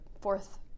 fourth